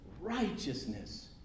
righteousness